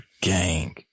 gang